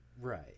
right